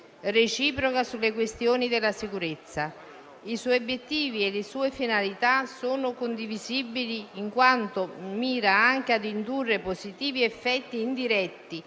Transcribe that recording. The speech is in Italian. reciproca sulle questioni della sicurezza. I suoi obiettivi e le sue finalità sono condivisibili, in quanto mira anche ad indurre positivi effetti indiretti